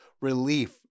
relief